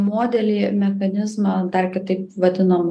modelį mechanizmą dar kitaip vadinam